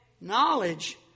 Knowledge